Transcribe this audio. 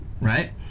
right